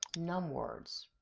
numwords.